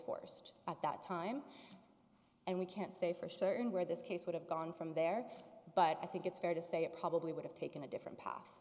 forced at that time and we can't say for certain where this case would have gone from there but i think it's fair to say it probably would have taken a different path